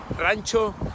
Rancho